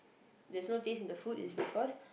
there's no taste in the food is because